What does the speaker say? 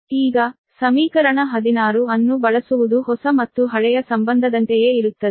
ಈಗ ಸಮೀಕರಣ 16 ಅನ್ನು ಬಳಸುವುದು ಹೊಸ ಮತ್ತು ಹಳೆಯ ಸಂಬಂಧದಂತೆಯೇ ಇರುತ್ತದೆ